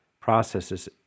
processes